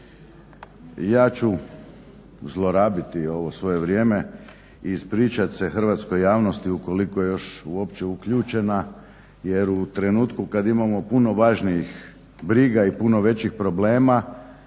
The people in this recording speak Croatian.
Ja ću zlorabiti ovo svoje vrijeme i ispričat se hrvatskoj javnosti ukoliko je još uopće uključena jer u trenutku kad imamo puno važnijih briga i puno većih problema